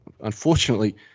unfortunately